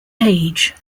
age